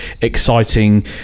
exciting